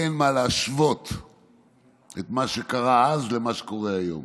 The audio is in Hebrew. אין מה להשוות את מה שקרה אז למה שקורה היום,